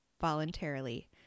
voluntarily